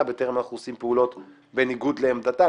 בטרם אנחנו עושים פעולות בניגוד לעמדתה,